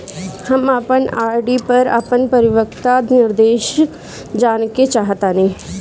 हम अपन आर.डी पर अपन परिपक्वता निर्देश जानेके चाहतानी